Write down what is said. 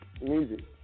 Music